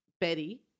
Betty